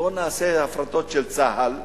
בוא נעשה הפרטות של צה"ל,